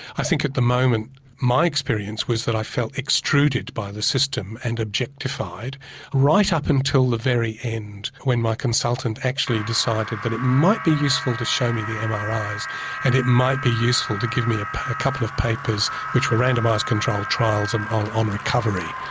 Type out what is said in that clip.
i think at the moment my experience was that i felt extruded by the system and objectified right up until the very end when my consultant actually decided that it might be useful to show me the um mris, and it might be useful to give me a ah couple of papers, which were randomised controlled trials um on on recovery.